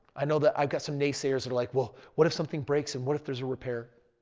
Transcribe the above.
i know that i've got some naysayers are like, well, what if something breaks and what if there's a repair?